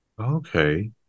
Okay